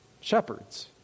Shepherds